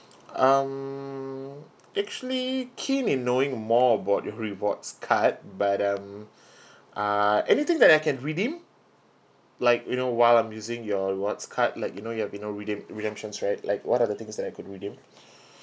um actually keen in knowing more about your rewards card but um uh anything that I can redeem like you know while I'm using your rewards card like you know like you know redeem redemptions right what are the things that I could redeem